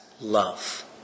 love